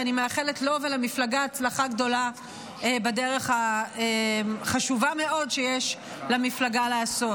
שאני מאחלת לו ולמפלגה הצלחה גדולה בדרך החשובה מאוד שיש למפלגה לעשות.